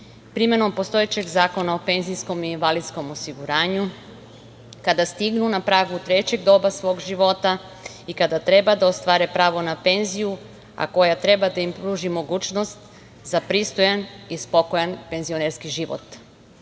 Primenom postojećeg zakona o PIO kada stignu na pragu trećeg doba svog života i kada treba da ostvare pravo na penziju a koja treba da im pruži mogućnost za pristojan i spokojan penzionerski